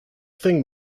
thing